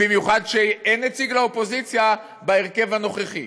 במיוחד שאין נציג לאופוזיציה בהרכב הנוכחי,